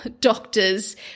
doctor's